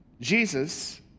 Jesus